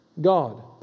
God